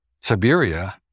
Siberia